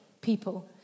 people